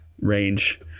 Range